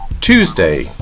Tuesday